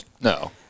No